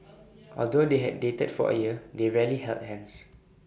although they had dated for A year they rarely held hands